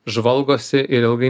žvalgosi ir ilgai